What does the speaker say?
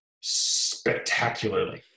spectacularly